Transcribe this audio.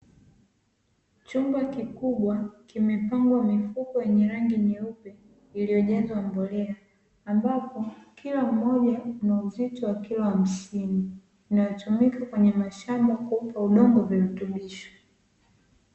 Chumba kikubwa kimepangwa makopo yenye rangi nyeupe, yaliyojazwa mbolea, ambapo kila moja lina uzito wa kilo hamsini, inayotumika kwenye mashamba kuupa udongo virutubisho.